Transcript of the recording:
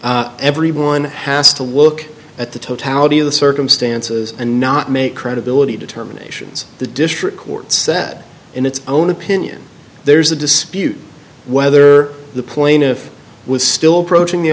everyone has to look at the totality of the circumstances and not make credibility determinations the district court said in its own opinion there's a dispute whether the plaintiff was still approaching the